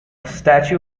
statue